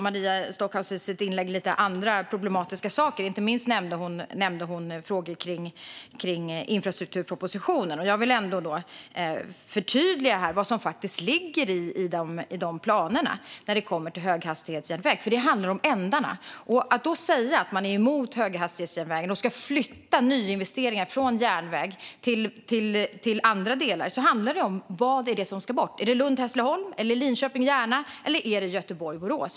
Maria Stockhaus nämnde lite andra problematiska saker i sitt anförande, inte minst frågor om infrastrukturpropositionen. Jag vill förtydliga vad som faktiskt ligger i de planerna när det kommer till höghastighetsjärnvägen. Det handlar nämligen om ändarna. Man säger att man är emot höghastighetsjärnvägen och vill flytta nyinvesteringar i järnväg till andra delar. Vad är det som ska bort? Är det Lund-Hässleholm, Linköping-Järna eller Göteborg-Borås?